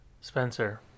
Spencer